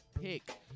pick